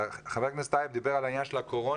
חבר הכנסת טייב דיבר על העניין של הקורונה,